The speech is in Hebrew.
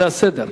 זה הסדר.